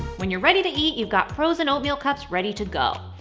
when you're ready to eat, you've got frozen oatmeal cups ready to go!